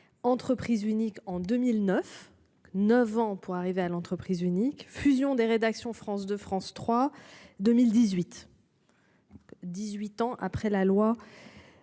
Entreprises unique en 2009 9 ans pour arriver à l'entreprise unique fusion des rédactions, France 2, France 3 2018. 18 ans après la loi.